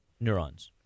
neurons